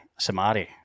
Samari